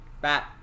bat